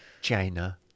China